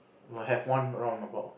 will have one roundabout